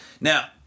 Now